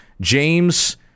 James